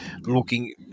looking